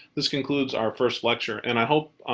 this concludes our first lecture and i hope,